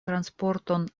transporton